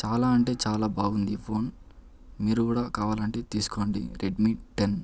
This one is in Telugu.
చాలా అంటే చాలా బాగుంది ఈ ఫోన్ మీరు కూడా కావాలంటే తీసుకోండి రెడ్మీ టెన్